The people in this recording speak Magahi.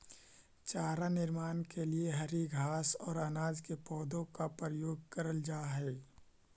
चारा निर्माण के लिए हरी घास और अनाज के पौधों का प्रयोग करल जा हई